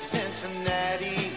Cincinnati